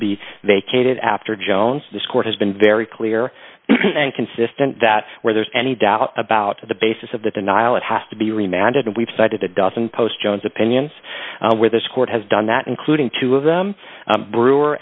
be vacated after jones this court has been very clear and consistent that where there's any doubt about the basis of the denial it has to be remanded and we've started a dozen post jones opinions where this court has done that including two of them brewer